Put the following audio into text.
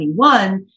2021